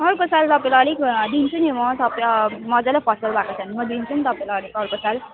अर्को सालमा तपाईँलाई अलिक दिन्छु नि म तपाईँ मजाले फसल भएको छ भने म दिन्छु नि तपाईँलाई अलिक अर्को साल